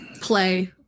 play